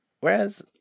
Whereas